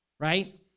right